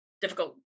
difficult